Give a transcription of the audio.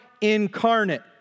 incarnate